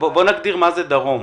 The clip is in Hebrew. בוא נגדיר מה זה דרום.